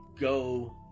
go